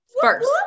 first